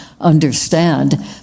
understand